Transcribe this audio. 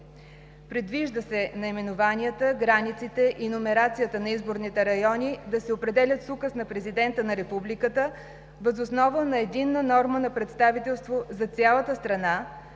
Предвижда се наименованията, границите и номерацията на изборните райони да се определят с указ на президента на Републиката въз основа на единна норма на представителство за цялата страна